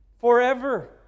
forever